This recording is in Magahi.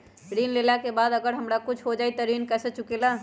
ऋण लेला के बाद अगर हमरा कुछ हो जाइ त ऋण कैसे चुकेला?